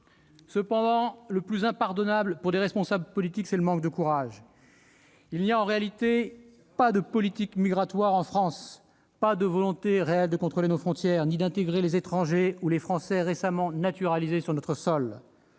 Cependant, le plus impardonnable pour des responsables politiques, c'est le manque de courage. Il n'y a, en réalité, pas de politique migratoire en France, pas de volonté réelle de contrôler nos frontières ni d'intégrer les étrangers ou les Français récemment naturalisés sur notre sol.